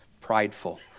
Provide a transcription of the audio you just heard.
prideful